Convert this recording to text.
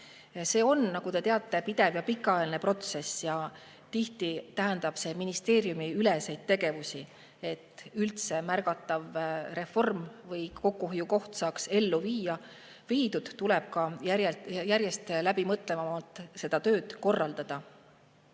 See on, nagu te teate, pidev ja pikaajaline protsess ning tihti tähendab see ministeeriumiüleseid tegevusi. Et üldse märgatav reform või kokkuhoid saaks ellu viidud, tuleb järjest läbimõeldumalt seda tööd korraldada.